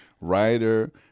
writer